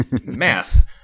math